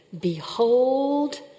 Behold